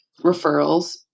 referrals